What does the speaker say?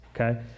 okay